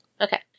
Okay